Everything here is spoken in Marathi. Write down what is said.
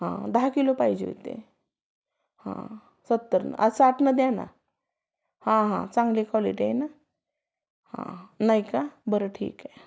हां दहा किलो पाहिजे होते हां सत्तरनं साठनं द्या ना हां हां चांगले क्वालिटी आहे ना हा नाही का बरं ठीक आहे